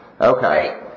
Okay